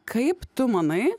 kaip tu manai